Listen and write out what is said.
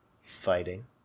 fighting